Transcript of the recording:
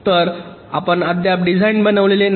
तर आपण अद्याप डिझाइन बनवलेले नाही